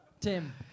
Tim